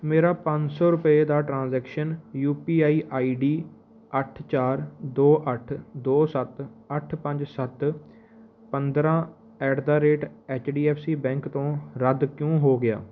ਮੇਰਾ ਪੰਜ ਸੌ ਰੁਪਏ ਦਾ transaction U P I I D ਅੱਠ ਚਾਰ ਦੋ ਅੱਠ ਦੋ ਸੱਤ ਅੱਠ ਪੰਜ ਸੱਤ ਪੰਦਰ੍ਹਾਂ ਐਟ ਦਾ rate H D F C bank ਤੋਂ ਰੱਦ ਕਿਉਂ ਹੋ ਗਿਆ